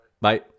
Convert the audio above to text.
Bye